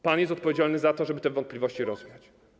Pan jest odpowiedzialny za to, żeby te wątpliwości rozwiać.